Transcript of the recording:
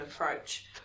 approach